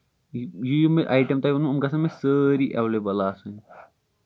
یہِ یِم ایٹم تۄہہِ ؤنو یِم گژھن مےٚ سٲری ایٚولیبٕل آسٕنۍ